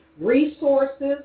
resources